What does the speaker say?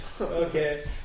Okay